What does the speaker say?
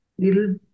little